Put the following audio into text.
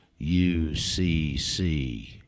UCC